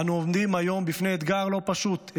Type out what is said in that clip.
אנו עומדים היום בפני אתגר לא פשוט,